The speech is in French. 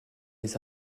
les